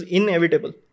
inevitable